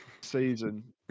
season